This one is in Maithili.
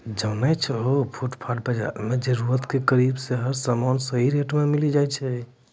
जानै छौ है फुटपाती बाजार मॅ जरूरत के करीब करीब हर सामान सही रेटो मॅ मिलै छै